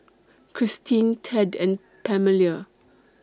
Kristin Ted and Pamelia